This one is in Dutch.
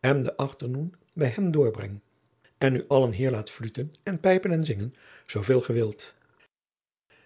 en den achternoen bij hem deurbreng en u allen hier laat fluten en pijpen en zingen zooveel ge wilt